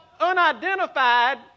unidentified